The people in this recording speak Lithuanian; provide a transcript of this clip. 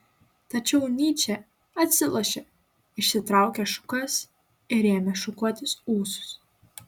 tačiau nyčė atsilošė išsitraukė šukas ir ėmė šukuotis ūsus